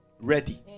ready